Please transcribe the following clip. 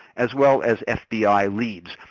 as well as as fbi leeds.